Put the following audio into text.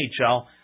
NHL